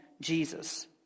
Jesus